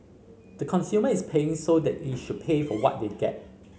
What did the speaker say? the consumer is paying so they should pay for what they get